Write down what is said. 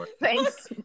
Thanks